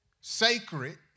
sacred